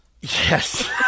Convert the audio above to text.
Yes